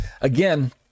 again